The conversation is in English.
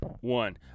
One